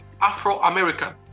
Afro-American